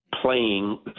playing